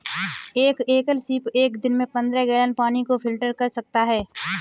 एक एकल सीप एक दिन में पन्द्रह गैलन पानी को फिल्टर कर सकता है